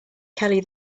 kelly